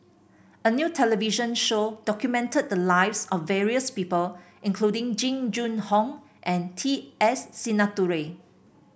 a new television show documented the lives of various people including Jing Jun Hong and T S Sinnathuray